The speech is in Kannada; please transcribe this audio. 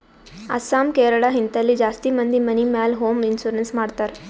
ಅಸ್ಸಾಂ, ಕೇರಳ, ಹಿಂತಲ್ಲಿ ಜಾಸ್ತಿ ಮಂದಿ ಮನಿ ಮ್ಯಾಲ ಹೋಂ ಇನ್ಸೂರೆನ್ಸ್ ಮಾಡ್ತಾರ್